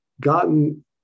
gotten